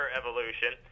evolution